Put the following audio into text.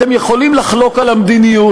אתם יכולים לחלוק על המדיניות,